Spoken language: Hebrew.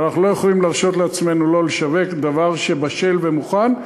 כי הרי אנחנו לא יכולים להרשות לעצמנו לא לשווק דבר שהוא בשל ומוכן.